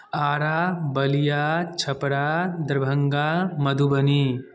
Ara Ballia Chhapra Darbhanga Madhubani